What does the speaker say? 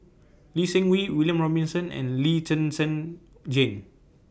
Lee Seng Wee William Robinson and Lee Zhen Zhen Jane